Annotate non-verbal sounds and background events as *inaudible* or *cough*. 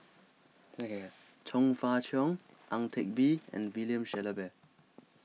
*unintelligible* Chong Fah Cheong Ang Teck Bee and William Shellabear